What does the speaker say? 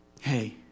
hey